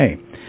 okay